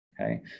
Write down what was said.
Okay